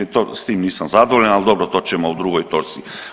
S tim nisam zadovoljan, ali dobro to ćemo u drugoj točci.